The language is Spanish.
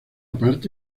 parte